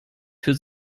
für